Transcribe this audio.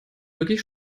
wirklich